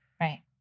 Right